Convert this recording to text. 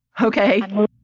Okay